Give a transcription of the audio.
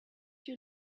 you